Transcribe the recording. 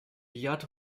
yacht